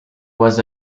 was